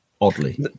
oddly